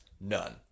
none